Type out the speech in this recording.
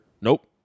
Nope